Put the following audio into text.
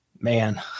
man